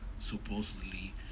supposedly